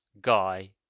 guy